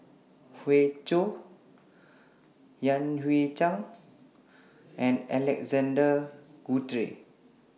Hoey Choo Yan Hui Chang and Alexander Guthrie